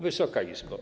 Wysoka Izbo!